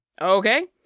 Okay